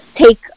take